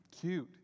cute